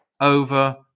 over